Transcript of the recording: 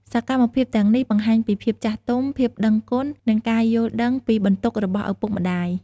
សកម្មភាពទាំងនេះបង្ហាញពីភាពចាស់ទុំ ភាពដឹងគុណ និងការយល់ដឹងពីបន្ទុករបស់ឪពុកម្ដាយ។